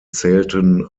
zählten